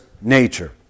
nature